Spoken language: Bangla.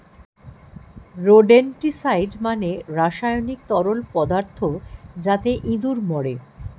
রোডেনটিসাইড মানে রাসায়নিক তরল পদার্থ যাতে ইঁদুর মরে